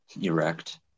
erect